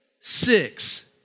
six